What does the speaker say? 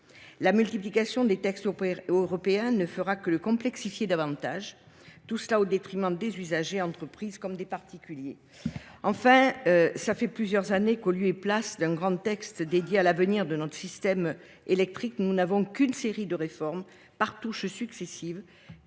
La multiplication des textes européens ne fera que complexifier davantage ce marché, au détriment des usagers, des entreprises et des particuliers. Enfin, depuis plusieurs années, en lieu et place d’un grand texte dédié à l’avenir de notre système électrique, sont intervenues une série de réformes, par touches successives,